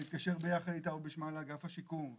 זה להתקשר ביחד איתה או בשמה לאגף השיקום,